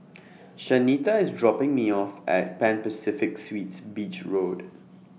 Shanita IS dropping Me off At Pan Pacific Suites Beach Road